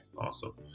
Awesome